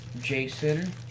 Jason